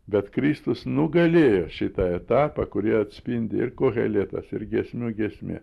bet kristus nugalėjo šitą etapą kurį atspindi ir koheletas ir giesmių giesmė